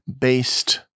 based